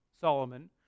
Solomon